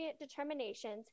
determinations